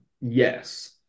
Yes